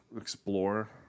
explore